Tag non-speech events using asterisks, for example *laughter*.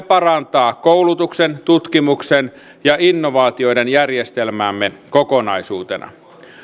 *unintelligible* parantaa koulutuksen tutkimuksen ja innovaatioiden järjestelmäämme kokonaisuutena